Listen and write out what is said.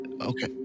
Okay